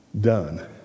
done